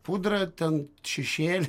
pudra ten šešėli